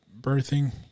birthing